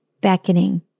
beckoning